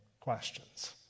questions